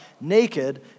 naked